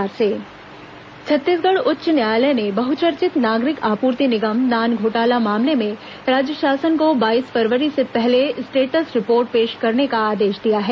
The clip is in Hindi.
नान घोटाला अंतागढ़ टेपकांड छत्तीसगढ़ उच्च न्यायालय ने बहचर्चित नागरिक आपूर्ति निगम नान घोटाला मामले में राज्य शासन को बाईस फरवरी से पहले स्टेटस रिपोर्ट पेश करने का आदेश दिया है